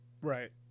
Right